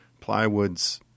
plywoods